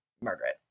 Margaret